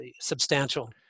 Substantial